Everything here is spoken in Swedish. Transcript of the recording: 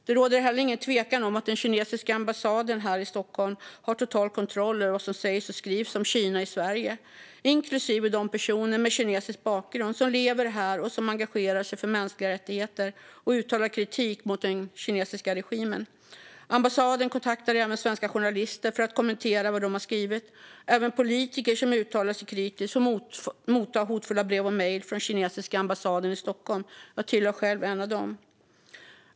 Det råder heller ingen tvekan om att den kinesiska ambassaden här i Stockholm har total kontroll över vad som sägs och skrivs om Kina i Sverige, inklusive de personer med kinesisk bakgrund som lever här, engagerar sig för mänskliga rättigheter och uttalar kritik mot den kinesiska regimen. Ambassaden kontaktar även svenska journalister för att kommentera vad de har skrivit. Även politiker som uttalar sig kritiskt får ta emot hotfulla brev och mejl från kinesiska ambassaden i Stockholm. Jag är själv en av dem.